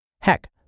Heck